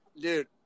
dude